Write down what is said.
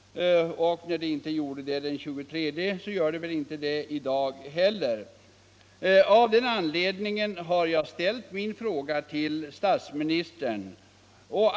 Och när de inte gjorde det den 23 oktober gör de väl det inte i dag heller. Jag har därför ställt min fråga till statsministern.